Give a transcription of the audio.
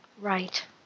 Right